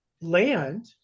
land